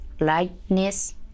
Lightness